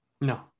No